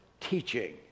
teaching